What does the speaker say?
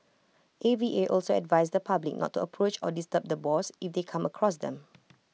A V A also advised the public not to approach or disturb the boars if they come across them